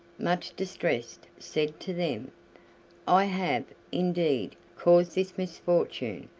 much distressed, said to them i have, indeed, caused this misfortune,